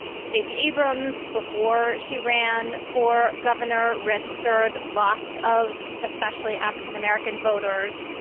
stacey abrams, before she ran for governor. registered lots of especially african-american voters.